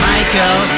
Michael